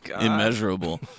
immeasurable